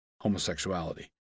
homosexuality